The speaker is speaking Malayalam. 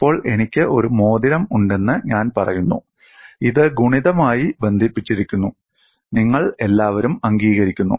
ഇപ്പോൾ എനിക്ക് ഒരു മോതിരം ഉണ്ടെന്ന് ഞാൻ പറയുന്നു ഇത് ഗുണിതമായി ബന്ധിപ്പിച്ചിരിക്കുന്നു നിങ്ങൾ എല്ലാവരും അംഗീകരിക്കുന്നു